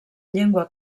llengua